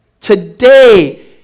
Today